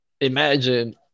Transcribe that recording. Imagine